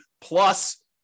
plus